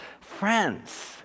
Friends